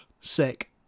Sick